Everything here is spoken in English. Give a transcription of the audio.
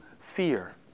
fear